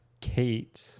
Kate